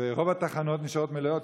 רוב התחנות נשארות מלאות,